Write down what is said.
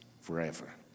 forever